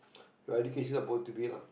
your education about to be lah